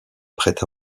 prêt